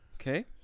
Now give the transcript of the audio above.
Okay